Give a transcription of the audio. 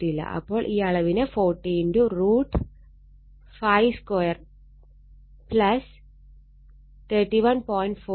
അപ്പോൾ ഈ അളവിനെ 40 √ 31